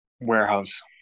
Warehouse